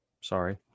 Sorry